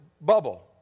bubble